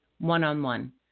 one-on-one